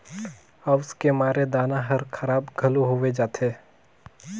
अउस के मारे दाना हर खराब घलो होवे जाथे